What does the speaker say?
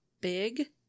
big